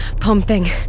pumping